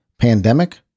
pandemic